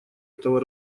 этого